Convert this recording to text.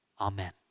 Amen